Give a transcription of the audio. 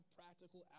practical